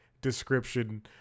description